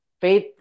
faith